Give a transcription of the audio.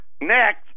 Next